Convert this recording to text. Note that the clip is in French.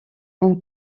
hong